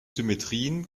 symmetrien